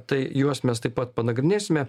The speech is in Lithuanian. tai juos mes taip pat panagrinėsime